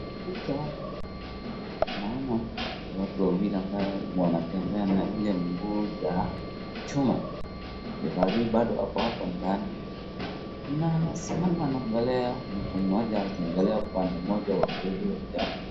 Picha naona watu wawili ambao wanatembea na ile mguu ya chuma. Referee bado ako hapo ndani, na anasimama anaangalia mtu mmoja akiangalia upande upande mmoja wa huyo kijana.